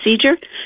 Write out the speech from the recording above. procedure